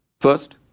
first